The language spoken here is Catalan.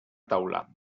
taula